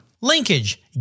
Linkage